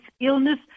illness